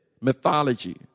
mythology